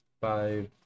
five